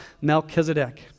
Melchizedek